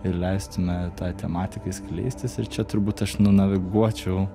ir leisti na tai tematikai skleistis ir čia turbūt aš nunaviguočiau